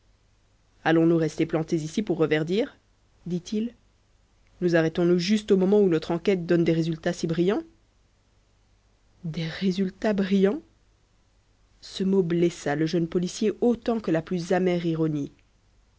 allons-nous rester plantés ici pour reverdir dit-il nous arrêtons-nous juste au moment où notre enquête donne des résultats si brillants des résultats brillants ce mot blessa le jeune policier autant que la plus amère ironie